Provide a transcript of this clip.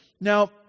Now